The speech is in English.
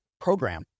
program